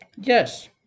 yes